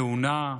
תאונה,